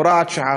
הוראת שעה,